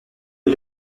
est